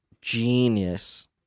genius